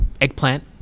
eggplant